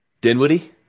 Dinwiddie